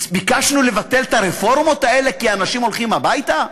ביקשנו לבטל את הרפורמות האלה כי אנשים הולכים הביתה.